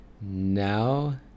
now